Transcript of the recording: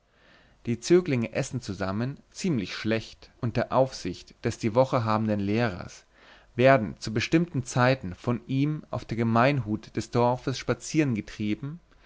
die zöglinge essen zusammen ziemlich schlecht unter aufsicht des die woche habenden lehrers werden zu bestimmten zeiten von ihm auf der gemeinhut des dorfes spazieren getrieben